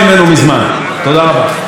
חברת הכנסת נורית קורן,